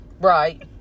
right